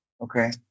Okay